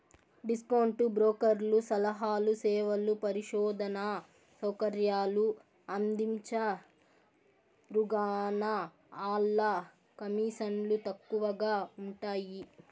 discount బ్రోకర్లు సలహాలు, సేవలు, పరిశోధనా సౌకర్యాలు అందించరుగాన, ఆల్ల కమీసన్లు తక్కవగా ఉంటయ్యి